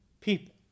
people